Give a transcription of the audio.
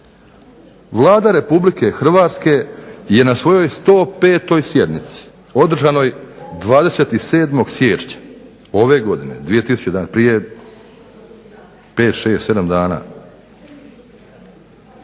Vlada Republike Hrvatske je na svojoj 105. sjednici održanoj 25. siječnja ove godine 2011. prije 7 dana